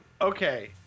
Okay